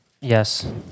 Yes